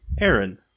Aaron